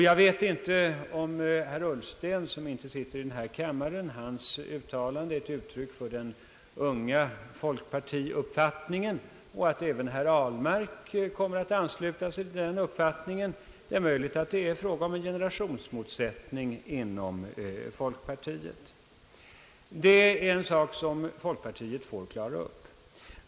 Jag vet inte om herr Ullstens uttalande — herr Ullsten sitter inte i denna kammare är ett uttryck för den unga folkpartiuppfattningen och om även herr Ahlmark kommer att ansluta sig till den uppfattningen. Det är möjligt att det är fråga om en generationsmotsättning inom folkpartiet. Det är en sak som folkpartiet får klara upp.